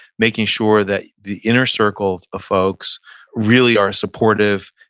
making sure that the inner circle of folks really are supportive,